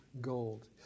gold